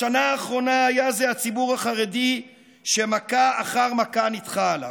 בשנה האחרונה היה זה הציבור החרדי שמכה אחר מכה ניתכו עליו,